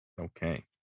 Okay